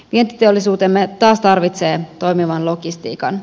vientiteollisuutemme taas tarvitsee toimivan logistiikan